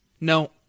No